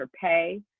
pay